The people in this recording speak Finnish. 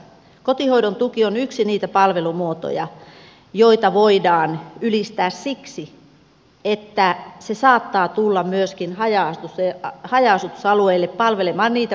kotihoidon tuki on yksi niistä palvelumuodoista joita voidaan ylistää siksi että ne saattavat tulla myöskin haja asutusalueille palvelemaan niitä perheitä joilla ei ole muita päivähoitomahdollisuuksia